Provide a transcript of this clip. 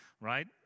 right